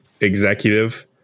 executive